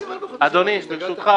רגע, אדוני, ברשותך.